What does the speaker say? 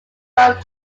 both